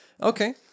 Okay